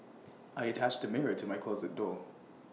I attached A mirror to my closet door